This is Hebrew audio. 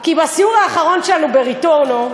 כי בסיור האחרון שלנו ב"רטורנו",